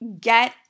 get